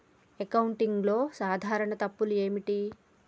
అకౌంటింగ్లో సాధారణ తప్పులు ఏమిటి?